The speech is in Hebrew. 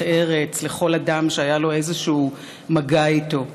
ארץ לכל אדם שהיה לו איזשהו מגע איתו.